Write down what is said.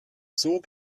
sog